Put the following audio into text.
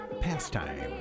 Pastime